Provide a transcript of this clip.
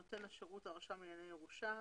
נותן השירות הוא הרשם לענייני ירושה.